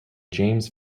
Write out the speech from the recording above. james